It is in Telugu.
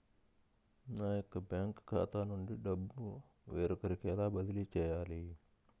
నా యొక్క బ్యాంకు ఖాతా నుండి డబ్బు వేరొకరికి ఎలా బదిలీ చేయాలి?